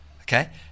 Okay